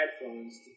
headphones